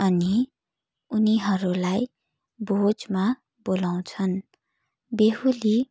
अनि उनीहरूलाई भोजमा बोलाउँछन् बेहुली